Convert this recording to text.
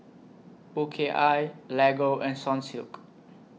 O K I Lego and Sunsilk